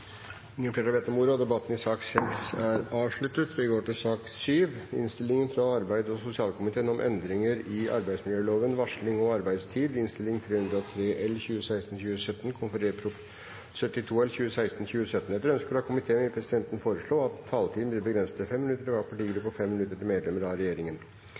Ingen flere har bedt om ordet til sak nr. 8. Etter ønske fra arbeids- og sosialkomiteen vil presidenten foreslå at taletiden blir begrenset til 5 minutter til hver partigruppe og 5 minutter til medlemmer av regjeringen.